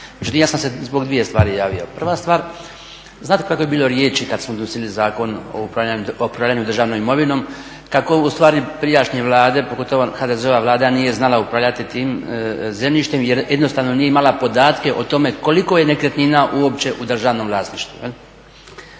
ja sam se zbog dvije stvari javio. Prava stvar, znate kako je bilo riječi kad smo donosili Zakon o upravljanju državnom imovinom, kako ustvari prijašnje Vlade, pogotovo HDZ-ova Vlada nije znala upravljati tim zemljištem jer jednostavno nije imala podatke o tome koliko je nekretnina uopće u državnom vlasništvu.